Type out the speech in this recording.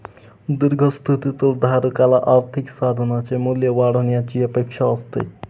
दीर्घ स्थितीतील धारकाला आर्थिक साधनाचे मूल्य वाढण्याची अपेक्षा असते